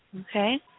Okay